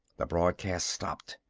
the broadcast stopped.